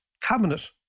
cabinet